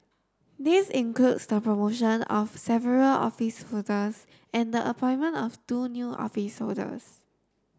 this includes the promotion of several office holders and the appointment of two new office holders